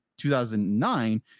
2009